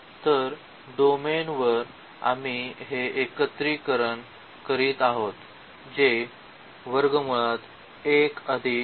तर डोमेन वर आम्ही हे एकत्रीकरण करीत आहोत जे होते